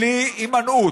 בלי הימנעות,